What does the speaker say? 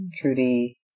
Trudy